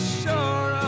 sure